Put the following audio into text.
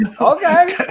Okay